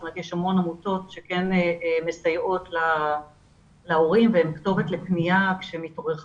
יש המון עמותות שמסייעות להורים והן כתובת לפנייה כשמתעורר חדש.